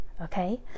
okay